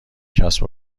کسب